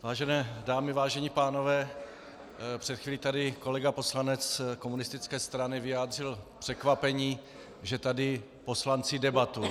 Vážené dámy, vážení pánové, před chvíli tady kolega poslanec komunistické strany vyjádřil překvapení, že tady poslanci debatují.